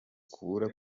kubura